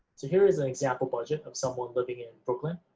so here is an example budget of someone living in brooklyn